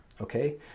okay